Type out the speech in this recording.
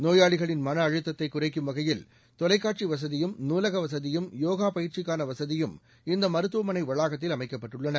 நோயாளிகளின் மனஅழுத்தத்தை குறைக்கும் வகையில் தொலைக்காட்சி வசதியும் நூலக வசதியும் யோகா பயிற்சிக்கான வசதியும் இந்த மருத்துவமளை வளாகத்தில் அமைக்கப்பட்டுள்ளன